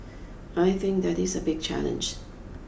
I think that is a big challenge